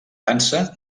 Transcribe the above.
dansa